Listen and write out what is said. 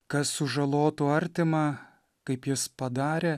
kas sužalotų artimą kaip jis padarė